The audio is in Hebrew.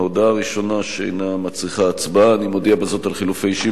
ההודעה הראשונה שאינה מצריכה הצבעה: אני מודיע בזאת על חילופי אישים